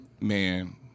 man